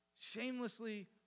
Shamelessly